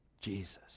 Jesus